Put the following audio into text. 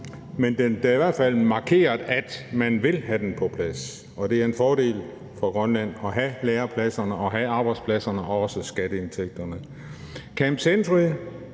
men det er i hvert fald markeret, at man vil have den på plads. Og det er en fordel for Grønland at have lærepladserne, at have arbejdspladserne og skatteindtægterne.